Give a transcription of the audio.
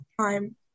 time